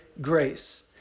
grace